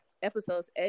Episodes